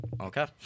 Okay